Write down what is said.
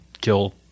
kill